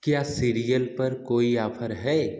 क्या सीरियल पर कोई आफर है